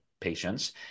patients